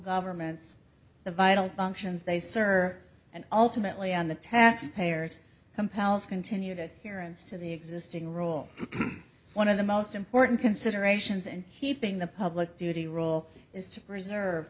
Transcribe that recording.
governments the vital functions they serve and ultimately on the taxpayers compels continue to hear and see to the existing role one of the most important considerations and keeping the public duty role is to preserve